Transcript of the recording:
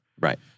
Right